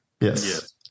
Yes